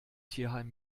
tierheim